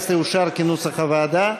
2017 אושר כנוסח הוועדה.